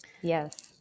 yes